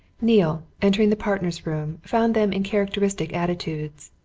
neale, entering the partners' room, found them in characteristic attitudes.